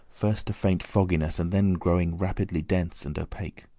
first a faint fogginess, and then growing rapidly dense and opaque.